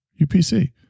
UPC